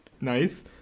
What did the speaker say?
Nice